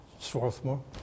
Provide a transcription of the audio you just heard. Swarthmore